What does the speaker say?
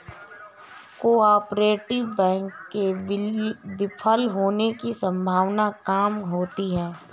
cooperative bank के विफल होने की सम्भावना काम होती है